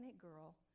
girl